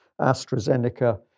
AstraZeneca